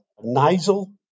nasal